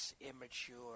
immature